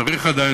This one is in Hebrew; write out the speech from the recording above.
צריך עדיין,